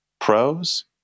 pros